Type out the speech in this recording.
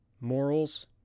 morals